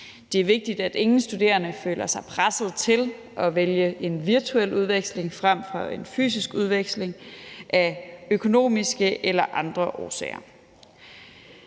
Det er vigtigt, at ingen studerende føler sig presset til at vælge en virtuel udveksling frem for en fysisk udveksling af økonomiske eller andre årsager.